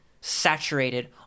saturated